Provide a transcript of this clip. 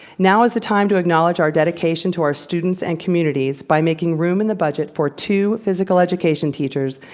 now is the time to acknowledge our dedication to our students and communities by making room in the budget for two physical education teachers,